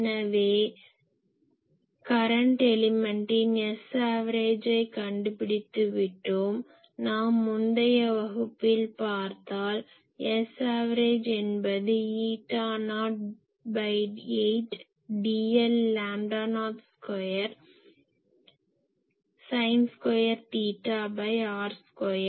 எனவே கரன்ட் எலிமென்டின் Savஐ கண்டுபிடித்து விட்டோம் நம் முந்தைய வகுப்பில் பார்த்தால் Sav என்பது eta naught 8 dl lambda naught square sine square தீட்டாr2